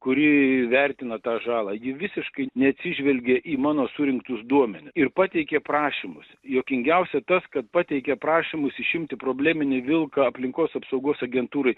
kuri vertina tą žalą ji visiškai neatsižvelgė į mano surinktus duomeni ir pateikė prašymus juokingiausia tas kad pateikė prašymus išimti probleminį vilką aplinkos apsaugos agentūrai